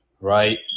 right